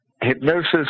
hypnosis